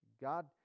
God